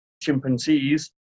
chimpanzees